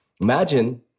Imagine